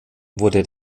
wurde